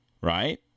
right